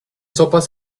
sopas